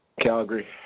Calgary